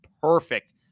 perfect